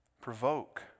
provoke